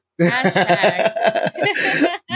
hashtag